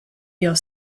your